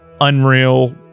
unreal